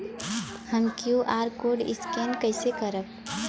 हम QR code scan कइसे करब?